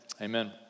amen